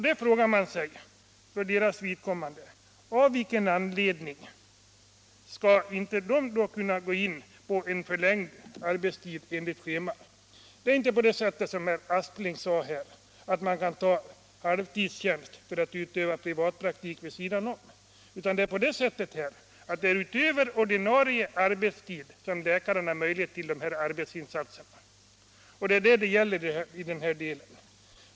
Då frågar man sig: Av vilken anledning skall de inte kunna gå in med en förlängd arbetstid enligt schema? Det är inte på det sättet som herr Aspling här sade, att man kan ta Etableringsregler halvtidstjänst för att utöva privatpraktik vid sidan om. Det är i stället utöver ordinarie arbetstid som läkaren har möjlighet till dessa arbetsinsatser. Det är det saken gäller i den här delen.